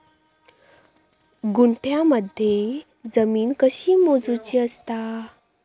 गुंठयामध्ये जमीन कशी मोजूची असता?